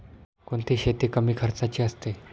कोणती शेती कमी खर्चाची असते?